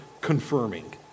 confirming